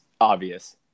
obvious